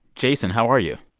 jason. how are you?